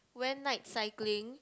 went night cycling